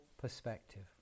perspective